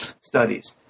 studies